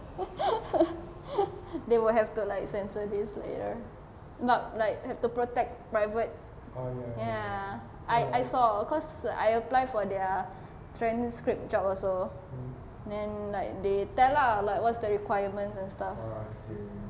they will have to like censor this later but like have to like protect private ya I I saw cause I apply for their transcript job also then like they tell lah like what's the requirements and stuff